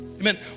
Amen